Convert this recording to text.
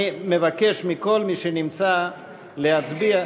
אני מבקש מכל מי שנמצא להצביע.